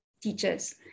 teachers